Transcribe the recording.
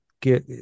get